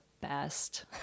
best